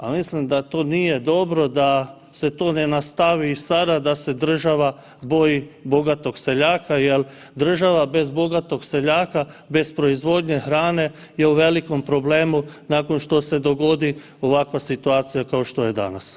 A mislim da to nije dobro, da se to ne nastavi sada da se država boji bogatog seljaka jel država bez bogatog seljaka, bez proizvodnje hrane je u velikom problemu nakon što se dogodi ovakva situacija kao što je danas.